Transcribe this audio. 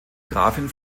grafen